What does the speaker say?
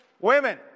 Women